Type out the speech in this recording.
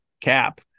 cap